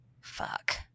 fuck